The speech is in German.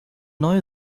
neue